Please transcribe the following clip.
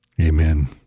amen